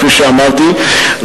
כפי שאמרתי,